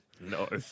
No